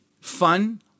fun